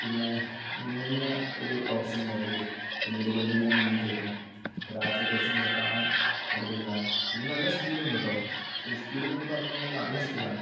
പിന്നെ മിന്നുന്ന ഒരു ഓപ്ഷനുണ്ടതില് എൽ ഇ ഡി ബാൽബിങ്ങനെ മിന്നി കളിക്കും ഇപ്പ രാത്രി കൊറച്ചും കൂടെ കാണാൻ അടിപൊളിയാണ് പിന്നെ നല്ല സ്പീഡുണ്ട് കെട്ടോ ഫുൾ സ്പീഡൊന്നൊക്കെ പറഞ്ഞു കഴിഞ്ഞാല് നല്ല സ്പീഡാണ്